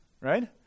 right